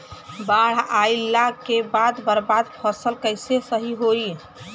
बाढ़ आइला के बाद बर्बाद फसल कैसे सही होयी?